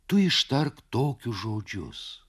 tu ištark tokius žodžius